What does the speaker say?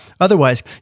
otherwise